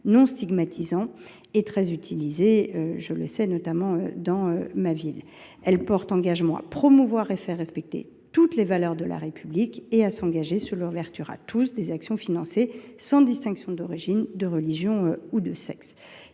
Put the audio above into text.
non stigmatisant et très utilisé, notamment à Paris. Elle porte engagement à promouvoir et faire respecter toutes les valeurs de la République, ainsi qu’à ouvrir à toutes et tous les actions financées, sans distinction d’origine, de religion ou de sexe.